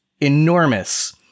enormous